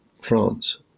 France